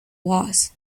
was